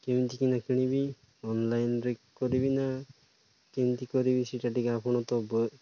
କେମିତି କିନା କିଣିବି ଅନଲାଇନ୍ରେ କରିବି ନା କେମିତି କରିବି ସେଟା ଟିକେ ଆପଣ ତ